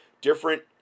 different